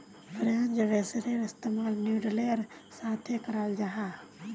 French बेंसेर इस्तेमाल नूडलेर साथे कराल जाहा